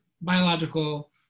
biological